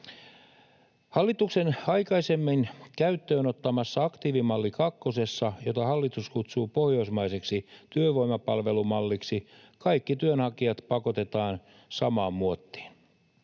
Hallituksen aikaisemmin käyttöön ottamassa aktiivimalli kakkosessa, jota hallitus kutsuu pohjoismaiseksi työvoimapalvelumalliksi, kaikki työnhakijat pakotetaan samaan muottiin.